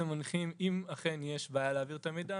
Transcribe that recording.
מניחים אם אכן יש בעיה להעביר את המידע